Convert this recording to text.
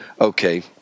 okay